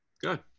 Good